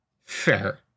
Fair